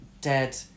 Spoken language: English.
dead